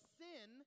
sin